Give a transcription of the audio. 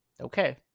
Okay